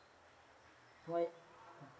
why